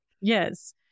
Yes